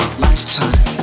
lifetime